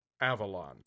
Avalon